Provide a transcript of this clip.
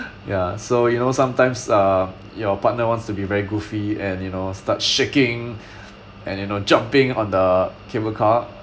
ya so you know sometimes uh your partner wants to be very goofy and you know start shaking and you know jumping on the cable car